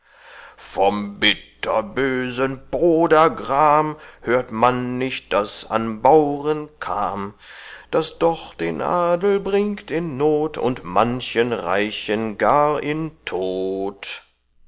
vom bitterbösen podagram hört man nicht daß an bauren kam das doch den adel bringt in not und manchen reichen gar in tod